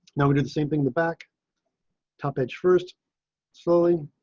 now we did the same thing. the back top edge first slowly.